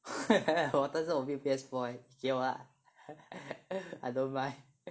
但是我没有 P_S four leh 给我 lah I don't mind